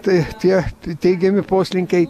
tai tie teigiami poslinkiai